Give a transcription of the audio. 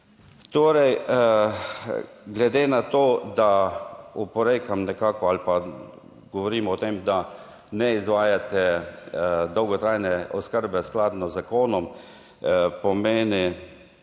Torej, glede na to, da oporekam nekako ali pa govorimo o tem, da ne izvajate dolgotrajne oskrbe skladno z zakonom, pomeni